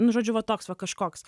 nu žodžiu va toks va kažkoks